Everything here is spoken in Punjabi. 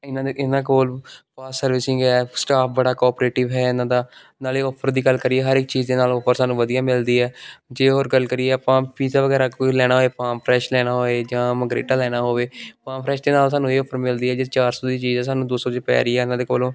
ਇਹਨਾਂ ਦੇ ਇਹਨਾਂ ਕੋਲ ਬਹੁਤ ਸਰਵਿਸਿਜ਼ ਐਂਡ ਸਟਾਫ਼ ਬੜਾ ਕੋਅਪਰੇਟਿਵ ਹੈ ਇਹਨਾਂ ਦਾ ਨਾਲੇ ਔਫਰ ਦੀ ਗੱਲ ਕਰੀਏ ਹਰ ਇੱਕ ਚੀਜ਼ ਦੇ ਨਾਲ ਔਫਰ ਸਾਨੂੰ ਵਧੀਆ ਮਿਲਦੀ ਹੈ ਜੇ ਹੋਰ ਗੱਲ ਕਰੀਏ ਆਪਾਂ ਪੀਜ਼ਾ ਵਗੈਰਾ ਕੋਈ ਲੈਣਾ ਹੋਵੇ ਫਾਰਮ ਫਰੈੱਸ਼ ਲੈਣਾ ਹੋਵੇ ਜਾਂ ਮਗਰੇਟਾ ਲੈਣਾ ਹੋਵੇ ਫਾਰਮ ਫਰੈੱਸ਼ ਦੇ ਨਾਲ ਸਾਨੂੰ ਇਹ ਔਫਰ ਮਿਲਦੀ ਹੈ ਜੇ ਚਾਰ ਸੌ ਦੀ ਚੀਜ਼ ਹੈ ਸਾਨੂੰ ਦੋ ਸੌ 'ਚ ਪੈ ਰਹੀ ਆ ਇਹਨਾਂ ਦੇ ਕੋਲੋਂ